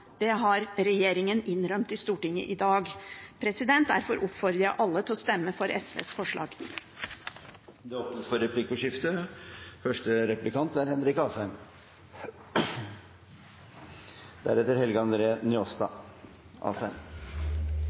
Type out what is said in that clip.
det som regjeringen har lagt fram. Det har regjeringen innrømt i Stortinget i dag. Derfor oppfordrer jeg alle til å stemme for SVs forslag. Det blir replikkordskifte.